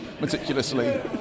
meticulously